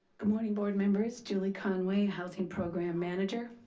good morning board members, julie conway, housing program manager.